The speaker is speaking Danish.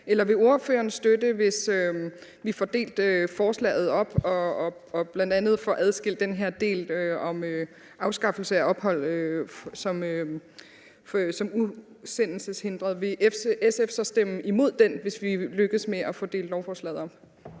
eller om ordføreren vil støtte, at vi får delt forslaget op og bl.a. får adskilt den her del om afskaffelse af ophold som udsendelseshindret. Vil SF så stemme imod den del, hvis vi lykkes med at få delt lovforslaget op?